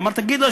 ואמר: תגיד לו,